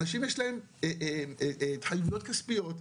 אנשים יש להם התחייבויות כספיות,